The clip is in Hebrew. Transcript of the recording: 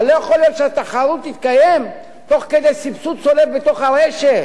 אבל לא יכול להיות שהתחרות תתקיים תוך כדי סבסוד צולב בתוך הרשת.